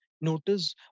Notice